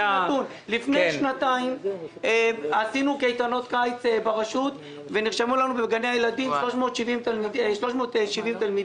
לפני שנתיים עשינו קייטנות קיץ ברשות ונרשמנו בגני הילדים 370 תלמידים.